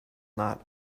not